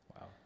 Wow